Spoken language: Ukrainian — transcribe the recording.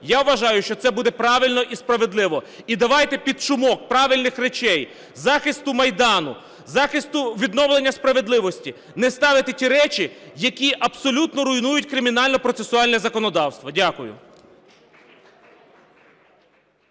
Я вважаю, що це буде правильно і справедливо. І давайте під шумок правильних речей, захисту Майдану, захисту відновлення справедливості не ставити ті речі, які абсолютно руйнують кримінальне процесуальне законодавство. Дякую.